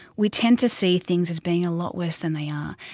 we tend to see things as being a lot worse than they are.